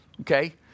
okay